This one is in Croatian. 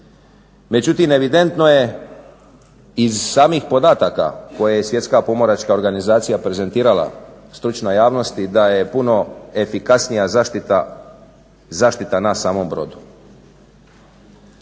Međutim, evidentno je iz samih podataka koje je Svjetska pomoračka organizacija prezentirala stručnoj javnosti da je puno efikasnija zaštita na samom brodu.